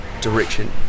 direction